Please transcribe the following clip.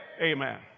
Amen